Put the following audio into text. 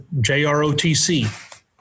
JROTC